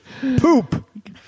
Poop